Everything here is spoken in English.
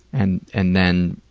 and and then,